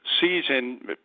season